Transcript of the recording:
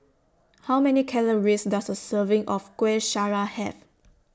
How Many Calories Does A Serving of Kueh Syara Have